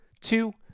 two